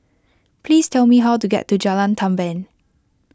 please tell me how to get to Jalan Tamban